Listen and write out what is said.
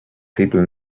people